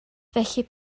felly